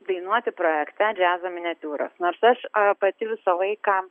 dainuoti projekte džiazo miniatiūros nors aš pati visą laiką